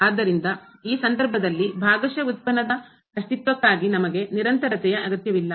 ಆದ್ದರಿಂದ ಈ ಸಂದರ್ಭದಲ್ಲಿ ಭಾಗಶಃ ಉತ್ಪನ್ನದ ಅಸ್ತಿತ್ವಕ್ಕಾಗಿ ನಮಗೆ ನಿರಂತರತೆಯ ಅಗತ್ಯವಿಲ್ಲ